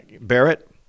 Barrett